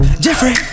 Jeffrey